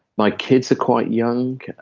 my kids are quite young.